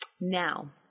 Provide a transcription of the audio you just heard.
Now